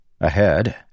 Ahead